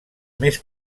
més